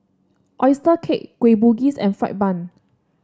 oyster cake Kueh Bugis and fried bun